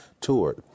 toured